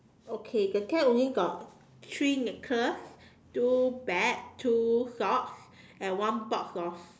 okay the tent only got three necklace two bag two socks and one box of